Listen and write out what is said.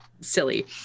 silly